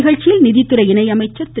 நிகழ்ச்சியில் நிதித்துறை இணை அமைச்சர் திரு